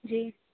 جی